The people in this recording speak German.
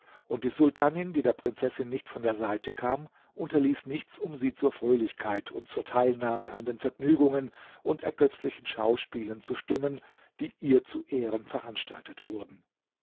und die sultanin die der prinzessin nicht von der seite kam unterließ nichts um sie zur fröhlichkeit und zur teilnahme an den vergnügungen und ergötzlichen schauspielen zu stimmen die ihr zu ehren veranstaltet wurden